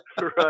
Right